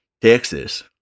texas